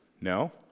No